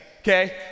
okay